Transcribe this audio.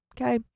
okay